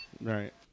Right